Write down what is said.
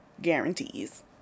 guarantees